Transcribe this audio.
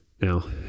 Now